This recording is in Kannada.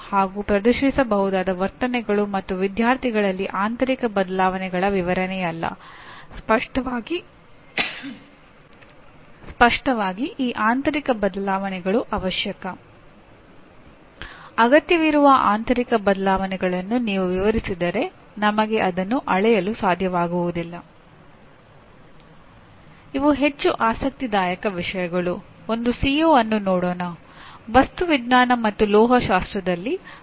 ಮತ್ತು ಕೆಲವೊಮ್ಮೆ ನಿಮ್ಮ ಪಠ್ಯಕ್ರಮ ವಿದ್ಯಾರ್ಥಿಗಳಿಗೆ ಕ್ಷುಲ್ಲಕವಾಗಬಹುದು ಏಕೆಂದರೆ ಅವರು ಈಗಾಗಲೇ ಹೆಚ್ಚಿನದನ್ನು ತಿಳಿದುಕೊಂಡಿರಬಹುದು ಅಥವಾ ನೀವು ಆಯ್ಕೆ ಮಾಡಿದ ಬೋಧನಾ ಉದ್ದೇಶಗಳು ಮತ್ತು ವಿದ್ಯಾರ್ಥಿಗಳ ಪ್ರವೇಶ ಹಂತದ ನಡುವೆ ಬಹಳ ಅಂತರವಿರಬಹುದು